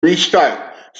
restart